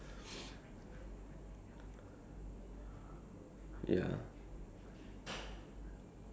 ya to me it doesn't mean like doesn't mean you follow the direction or like the instruction it'll be perfectly ya